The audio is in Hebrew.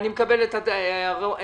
אני מקבל את ההערות